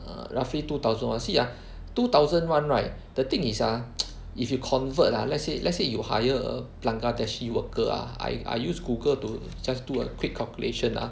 err roughly two thousand one see ah two thousand one right the thing is ah if you convert ah let's say let's say you hire a Bangladeshi worker ah I I use Google to just do a quick calculation ah